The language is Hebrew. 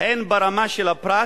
הן ברמה של הפרט,